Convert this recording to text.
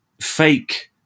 fake